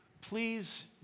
please